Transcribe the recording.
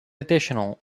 additional